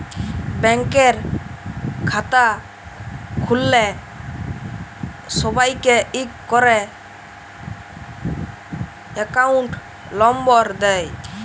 ব্যাংকের খাতা খুল্ল্যে সবাইকে ইক ক্যরে একউন্ট লম্বর দেয়